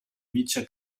vice